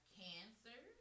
cancer